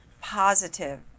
Positive